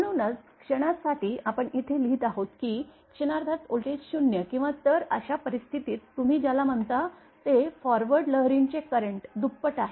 म्हणूनच क्षणा साठी आपण इथे लिहित आहोत की क्षणार्धात व्होल्टेज 0 किंवा तर अशा परिस्थितीत तुम्ही ज्याला म्हणता ते फॉरवर्ड लहरींचे करेंट दुप्पट आहे